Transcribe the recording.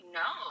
no